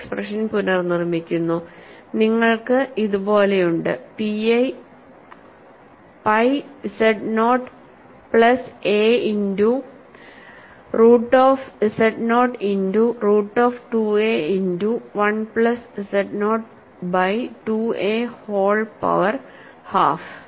ഈ എക്സ്പ്രഷൻ പുനർനിർമ്മിക്കുന്നു നിങ്ങൾക്ക് ഇതുപോലെയുണ്ട് pi z naught plus a into root of z naught into root of 2 a into 1 plus zനോട്ട് by 2 a whole power half